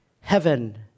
heaven